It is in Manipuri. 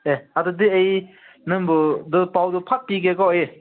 ꯑꯦ ꯑꯗꯨꯗꯤ ꯑꯩ ꯅꯪꯕꯨ ꯑꯗꯨ ꯄꯥꯎꯗꯨ ꯐꯠ ꯄꯤꯒꯦꯀꯣ ꯑꯩ